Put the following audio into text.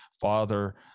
Father